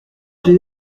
j’ai